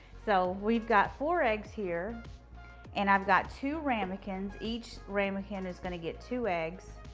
so we've got four eggs here and i've got two ramekins. each ramekin is going to get two eggs.